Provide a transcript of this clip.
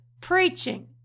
preaching